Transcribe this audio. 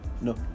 No